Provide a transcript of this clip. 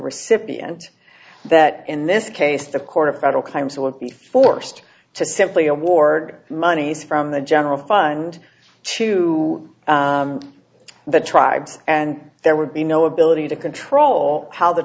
recipient that in this case the court of federal crimes or be forced to simply award monies from the general fund to the tribes and there would be no ability to control how the